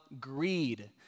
greed